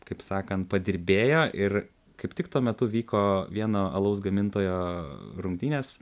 kaip sakant padirbėjo ir kaip tik tuo metu vyko vieno alaus gamintojo rungtynės